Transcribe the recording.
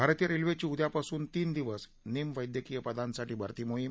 भारतीय रेल्वेची उद्यापासून तीन दिवस निम वैद्यकीय पदांसाठी भरती मोहीम